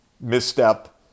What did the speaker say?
misstep